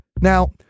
Now